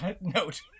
note